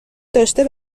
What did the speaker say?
داشته